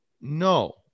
no